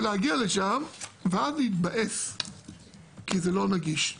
להגיע לשם ואז להתבאס שזה לא נגיש.